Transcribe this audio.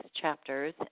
chapters